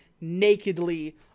nakedly